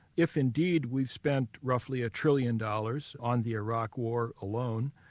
if indeed we've spent roughly a trillion dollars on the iraq war alone,